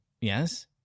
Yes